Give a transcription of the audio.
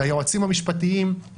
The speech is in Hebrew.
היועצים המשפטיים,